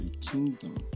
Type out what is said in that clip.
kingdom